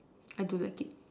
I do like it